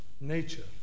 nature